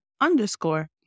underscore